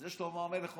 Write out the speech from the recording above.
את זה שלמה המלך אומר,